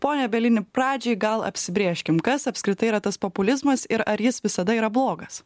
pone bielini pradžiai gal apsibrėžkim kas apskritai yra tas populizmas ir ar jis visada yra blogas